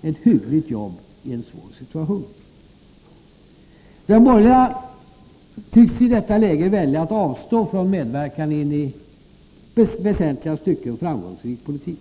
Vi har gjort ett hyggligt jobb i en svår situation. De borgerliga tycks i detta läge avstå från att medverka i en i väsentliga stycken framgångsrik politik.